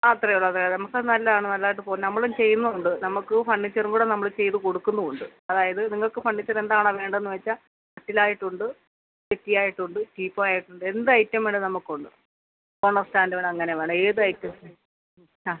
ആ അത്രയേ ഉള്ളു അതേ അതേ നമുക്കത് നല്ലതാണ് നല്ലതായിട്ട് പോകും നമ്മളും ചെയ്യുന്നുമുണ്ട് നമുക്ക് ഫർണിച്ചർ കൂടി നമ്മൾ ചെയ്തു കൊടുക്കുന്നുമുണ്ട് അതായത് നിങ്ങൾക്ക് ഫർണിച്ചർ ഏതാണോ വേണ്ടത് എന്നു വെച്ചാൽ കട്ടിലായിട്ടുണ്ട് സെറ്റിയായിട്ടുണ്ട് ടീപ്പോയായിട്ടുണ്ട് എന്ത് ഐറ്റം വേണമെങ്കിലും നമുക്കുണ്ട് കോണർ സ്റ്റാൻഡ് വേണേ അങ്ങനെ വേണോ ഏത് ഐറ്റം ആ